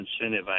Incentive